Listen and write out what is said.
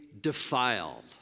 defiled